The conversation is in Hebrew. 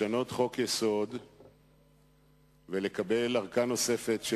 לשנות חוק-יסוד ולקבל ארכה נוספת,